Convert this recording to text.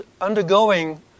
undergoing